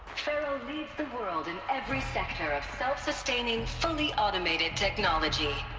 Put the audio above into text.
faro leads the world in every sector of self-sustaining, fully-automated technology.